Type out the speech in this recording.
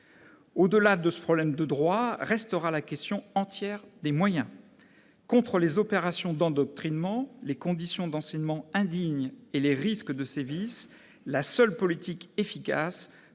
Au-delà de ce problème de droit restera entière la question des moyens. Contre les opérations d'endoctrinement, les conditions d'enseignement indignes et les risques de sévices, la seule politique efficace